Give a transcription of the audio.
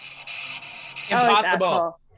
Impossible